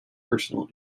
personal